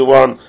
one